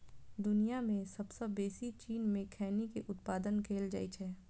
दुनिया मे सबसं बेसी चीन मे खैनी के उत्पादन कैल जाइ छै